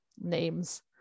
names